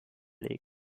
belegt